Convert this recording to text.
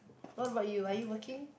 what about you are you working